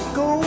go